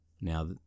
Now